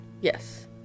Yes